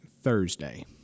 Thursday